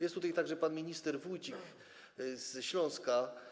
Jest tutaj także pan minister Wójcik ze Śląska.